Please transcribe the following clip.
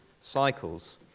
cycles